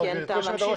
אבל גברתי יושבת הראש,